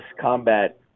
combat